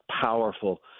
powerful